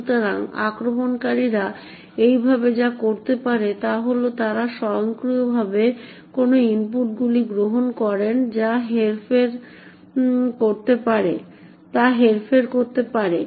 সুতরাং আক্রমণকারীরা এইভাবে যা করতে পারে তা হল যে তারা স্বয়ংক্রিয়ভাবে কোন ইনপুটগুলি গ্রহণ করেন তা হেরফের করতে পারে